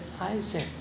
Isaac